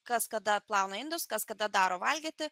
kas kada plauna indus kas kada daro valgyti